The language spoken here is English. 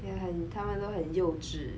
yeah 他们都很幼稚